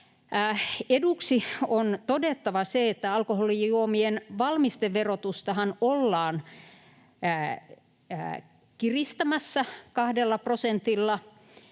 eduksi on todettava se, että alkoholijuomien valmisteverotustahan ollaan kiristämässä kahdella prosentilla,